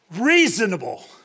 reasonable